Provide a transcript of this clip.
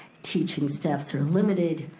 teaching staffs are limited.